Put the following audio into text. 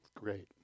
Great